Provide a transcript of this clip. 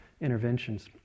interventions